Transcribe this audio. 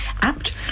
apt